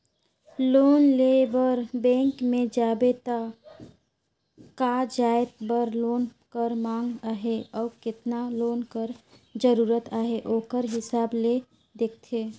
loan लेय बर bank में जाबे त का जाएत बर लोन कर मांग अहे अउ केतना लोन कर जरूरत अहे ओकर हिसाब ले देखथे